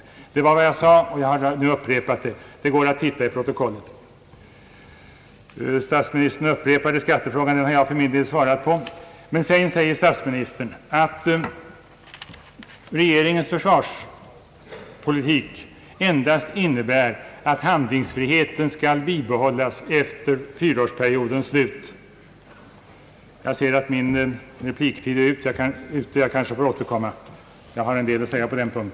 Detta var vad jag sade, och jag har nu upprepat det. Det går att titta i protokollet. Statsministern tog ännu en gång upp skattefrågan. Den har jag för min del redan svarat på. Sedan sade statsministern att regeringens försvarspolitik endast innebär, att handlingsfriheten skall bibehållas efter fyraårsperiodens slut. Emellertid är min tid för replik nu ute, och jag skall be att få återkomma till denna punkt.